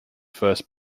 first